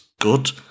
good